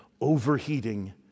overheating